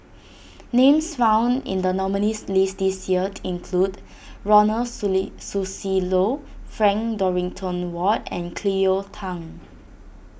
names found in the nominees' list this year include Ronald Susilo Frank Dorrington Ward and Cleo Thang